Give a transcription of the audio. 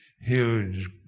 huge